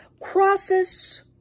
crosses